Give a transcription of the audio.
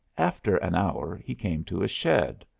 after an hour he came to a shed.